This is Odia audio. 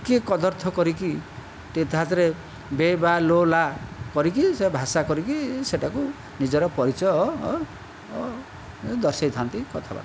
ଟିକିଏ କଦର୍ଥ କରିକି ଟିକିଏ ତା'ଥିରେ ବେ' ବା' ଲୋ' ଲା' କରିକି ସେ ଭାଷା କରିକି ସେଇଟାକୁ ନିଜର ପରିଚୟ ଦର୍ଶାଇଥାନ୍ତି କଥାବାର୍ତ୍ତାରେ